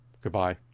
Goodbye